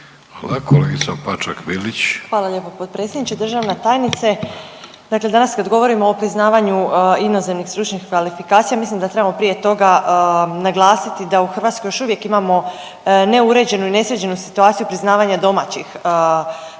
Bilić, Marina (Nezavisni)** Hvala lijepo potpredsjedniče, državna tajnice. Dakle, danas kad govorimo o priznavanju inozemnih stručnih kvalifikacija, mislim da trebamo prije toga naglasiti da u Hrvatskoj još uvijek imamo neuređenu i nesređenu situaciju priznavanja domaćih stručnih